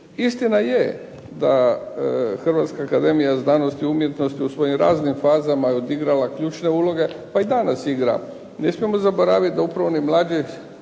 Istina je da Hrvatska akademija znanosti i umjetnosti u svojim raznim fazama je odigrala ključne uloge, pa i danas igra. Ne smijemo zaboraviti da upravo oni mladi